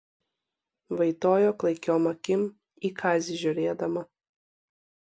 vaitojo klaikiom akim į kazį žiūrėdama